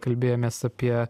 kalbėjomės apie